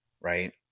Right